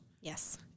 Yes